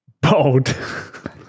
Bold